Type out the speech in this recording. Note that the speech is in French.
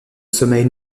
sommeil